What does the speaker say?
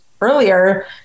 earlier